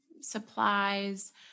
supplies